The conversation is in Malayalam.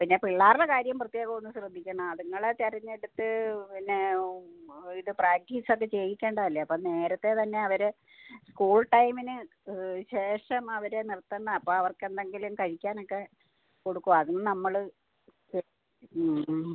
പിന്നെ പിള്ളേരുടെ കാര്യം പ്രത്യേകം ഒന്ന് ശ്രദ്ധിക്കണം അതുങ്ങളെ തെരഞ്ഞെടുത്ത് പിന്നെ ഇത് പ്രാക്റ്റീസൊക്കെ ചെയ്യിക്കേണ്ടതല്ലേ അപ്പം നേരത്തെ തന്നെ അവരെ സ്കൂൾ ടൈമിന് ശേഷം അവരെ നിർത്തുന്നതാ അപ്പം അവർക്ക് എന്തെങ്കിലും കഴിക്കാനൊക്കെ കൊടുക്കും അതും നമ്മൾ സെറ്റ്